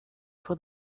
for